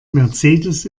mercedes